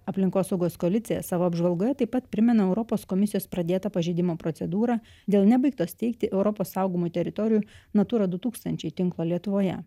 aplinkosaugos koalicija savo apžvalgoje taip pat primena europos komisijos pradėtą pažeidimo procedūrą dėl nebaigto steigti europos saugomų teritorijų natura du tūkstančiai tinklo lietuvoje